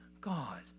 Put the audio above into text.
God